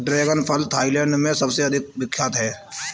dragon फल Thailand में सबसे अधिक विख्यात है